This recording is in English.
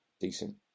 Decent